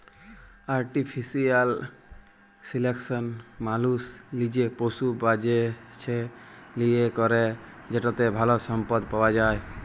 artificial selection মালুস লিজে পশু বাছে লিয়ে ক্যরে যেটতে ভাল সম্পদ পাউয়া যায়